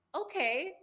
okay